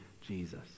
Jesus